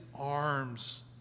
arms